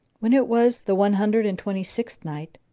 when it was the one hundred and twenty-sixth night,